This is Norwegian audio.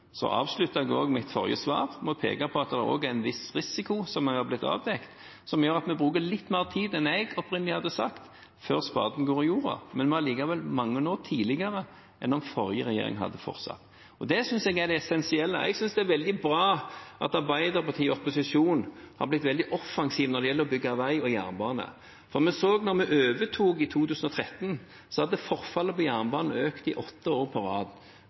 Jeg avsluttet mitt forrige svar med å peke på at det er en viss risiko som har blitt avdekket, som gjør at vi bruker litt mer tid før spaden går i jorda, enn jeg opprinnelig hadde sagt, men allikevel mange år tidligere enn om forrige regjering hadde fortsatt. Det synes jeg er det essensielle. Jeg synes det er veldig bra at Arbeiderpartiet i opposisjon har blitt veldig offensiv når det gjelder å bygge vei og jernbane, for vi så da vi overtok i 2013, at forfallet på jernbanen hadde økt i åtte år på rad.